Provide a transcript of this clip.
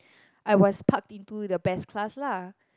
I was parked in to the best class lah